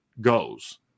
goes